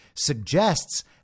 suggests